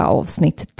avsnitt